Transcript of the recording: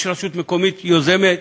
יש רשות מקומית יוזמת,